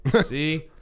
See